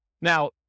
now